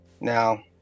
Now